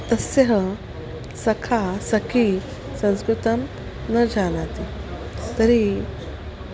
तस्याः सखा सखी संस्कृतं न जानाति तर्हि